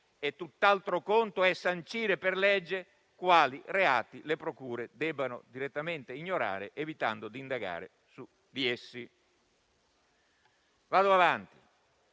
tutt'altro conto è sancire per legge quali reati le procure debbano direttamente ignorare, evitando di indagare su di essi. Vado avanti.